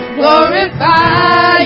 glorify